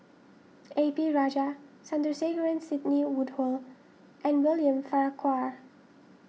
A P Rajah Sandrasegaran Sidney Woodhull and William Farquhar